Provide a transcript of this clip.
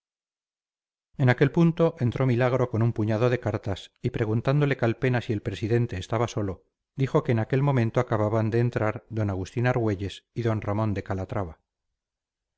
en aquel punto entró milagro con un puñado de cartas y preguntándole calpena si el presidente estaba solo dijo que en aquel momento acababan de entrar d agustín argüelles y d ramón de calatrava